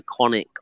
iconic